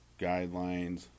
guidelines